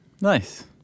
Nice